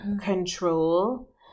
control